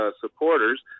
supporters